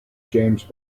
james